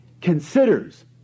considers